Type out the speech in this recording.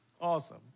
Awesome